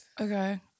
Okay